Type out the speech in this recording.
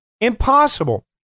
impossible